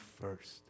first